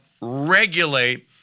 regulate